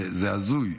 זה הזוי.